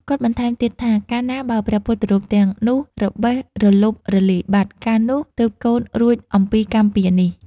គាត់បន្ថែមទៀតថា កាលណាបើព្រះពុទ្ធរូបទាំងនោះរបេះរលុបរលាយបាត់ កាលនោះទើបកូនរួចអំពីកម្មពៀរនេះ។